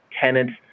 tenants